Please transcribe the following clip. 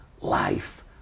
life